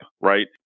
right